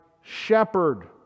shepherd